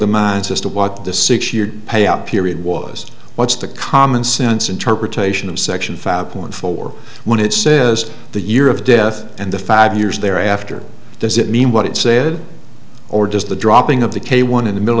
the minds as to what the six year payout period was what's the common sense interpretation of section five point four when it says the year of death and the five years thereafter does it mean what it said or does the dropping of the k one in the middle